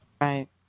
right